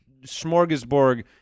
smorgasbord